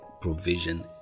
provision